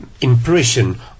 impression